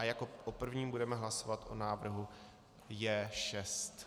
Jako o prvním budeme hlasovat o návrhu J6.